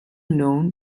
known